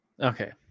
Okay